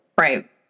Right